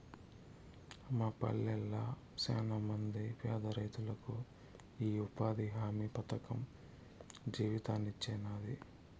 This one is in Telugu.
మా పల్లెళ్ళ శానమంది పేదరైతులకు ఈ ఉపాధి హామీ పథకం జీవితాన్నిచ్చినాది